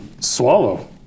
swallow